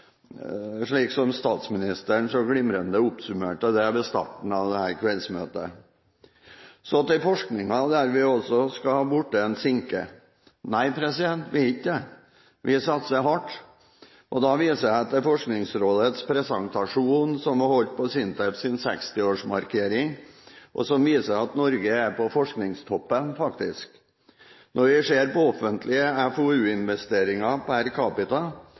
slik statsministeren så glimrende oppsummerte det ved starten av dette kveldsmøtet. Så til forskningen, der vi også skal ha blitt en sinke. Nei, vi har ikke det. Vi satser hardt. Da viser jeg til Forskningsrådets presentasjon holdt på SINTEFs 60-årsmarkering, som viser at Norge er på forskningstoppen, faktisk. Når vi ser på offentlige FoU-investeringer per capita, viser det at Norge